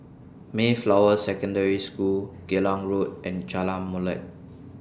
Mayflower Secondary School Geylang Road and Jalan Molek